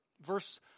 Verse